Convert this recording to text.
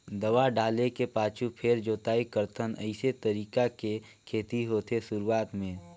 दवा डाले के पाछू फेर जोताई करथन अइसे तरीका के खेती होथे शुरूआत में